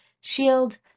shield